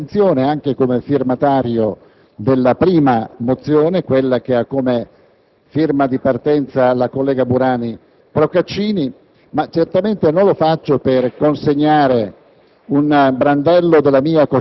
Lo faccio con grande convinzione, anche come sottoscrittore della prima mozione, quella che ha come prima firmataria la collega Burani Procaccini. Certamente non lo faccio per consegnare